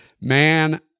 Man